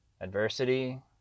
adversity